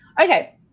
okay